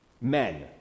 men